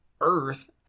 earth